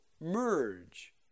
merge